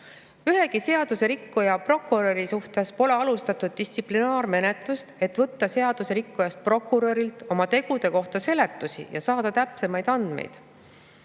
Ühegi seadusrikkujast prokuröri suhtes pole alustatud distsiplinaarmenetlust, et võtta seadusrikkujast prokurörilt tema tegude kohta seletusi ja saada täpsemaid andmeid.